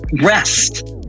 rest